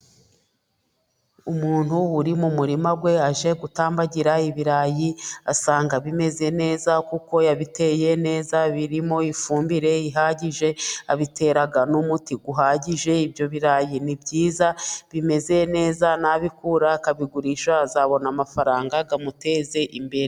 Umuntu uri mu murima we aje gutambagira ibirayi, asanga bimeze neza kuko yabiteye neza, birimo ifumbire ihagije, abitera n'umuti uhagije, ibyo birayi ni byiza bimeze neza, nabikura akabigurisha azabona amafaranga amuteze imbere.